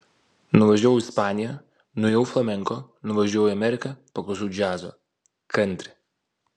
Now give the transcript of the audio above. nuvažiavau į ispaniją nuėjau į flamenko nuvažiavau į ameriką paklausiau džiazo kantri